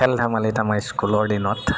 খেল ধেমালিত আমাৰ স্কুলৰ দিনত